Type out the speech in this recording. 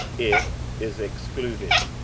it is excluded.